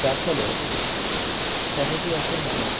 যার ফলে সহজে এখন মানুষ